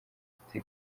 afite